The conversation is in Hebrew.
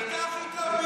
אתה הכי טוב,